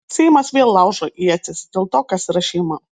seimas vėl laužo ietis dėl to kas yra šeima